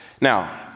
Now